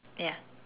ya